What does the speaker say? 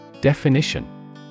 Definition